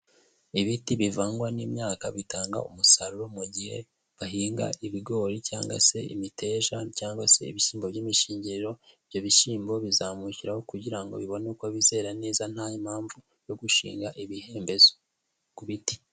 Ibiti bivangwa n'imyaka bitanga umusaruro mu gihe bahinga ibigori cyangwa se imiteja cyangwa se ibishyimbo by'imishingiriro, ibyo bishyimbo bizamukiraraho kugira ngo bibone uko abizera neza nta mpamvu yo gushinga imihembezo ku biti.